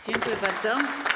Dziękuję bardzo.